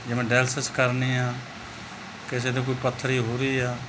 ਜਿਵੇਂ ਡੈਲਸਿਸ ਕਰਨੇ ਆ ਕਿਸੇ ਦੇ ਕੋਈ ਪੱਥਰੀ ਹੋ ਰਹੀ ਆ